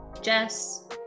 Jess